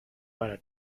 para